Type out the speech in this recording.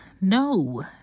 No